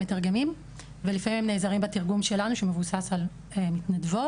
מתרגמים ולפעמים הם נעזרים בתרגום שלנו שמבוסס על מתנדבות.